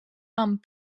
amb